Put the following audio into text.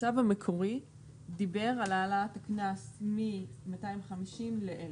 הצו המקורי דיבר על העלאת הקנס מ-250 ל-1,000.